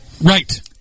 Right